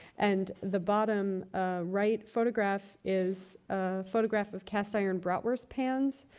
and the bottom right photograph is a photograph of cast-iron bratwurst pans.